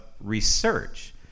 research